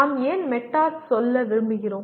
நாம் ஏன் மெட்டா சொல்ல விரும்புகிறோம்